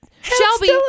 Shelby